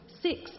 six